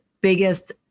biggest